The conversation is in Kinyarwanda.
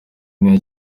n’iya